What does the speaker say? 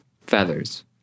feathers